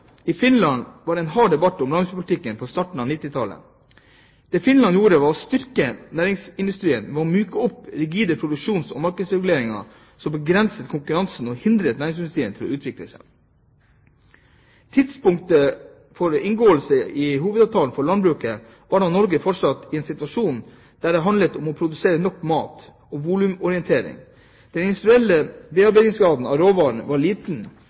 I Finland var det hard debatt om landbrukspolitikken på starten av 1990-tallet. Det Finland gjorde, var å styrke næringsindustrien ved å myke opp rigide produksjons- og markedsreguleringer som begrenset konkurransen og hindret næringsindustrien i å utvikle seg. Tidspunktet for inngåelse av hovedavtalen for landbruket var da Norge fortsatt var i en situasjon der det handlet om å produsere nok mat – volumorientering. Den industrielle bearbeidingsgraden av råvarene var liten